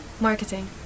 Marketing